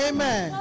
Amen